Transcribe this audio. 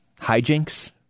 hijinks